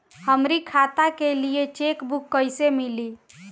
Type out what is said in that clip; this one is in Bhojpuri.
हमरी खाता के लिए चेकबुक कईसे मिली?